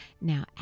Now